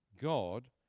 God